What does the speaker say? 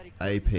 AP